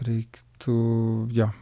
reiktų jo